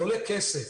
זה עולה כסף,